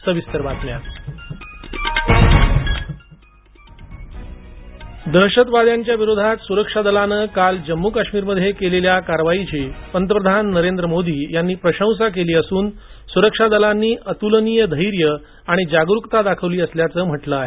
पंतप्रधान दहशतवाद्यांविरोधात सुरक्षा दलाने काल जम्मू काश्मीरमध्ये केलेल्या कारवाईची पंतप्रधान नरेंद्र मोदी यांनी प्रशंसा केली असून सुरक्षा दलांनी अतुलनीय धैर्य आणि जागरूकता दाखवली असल्याचं म्हटलं आहे